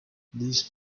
these